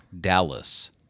Dallas